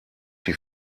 die